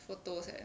photos leh